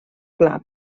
clar